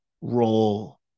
role